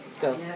Go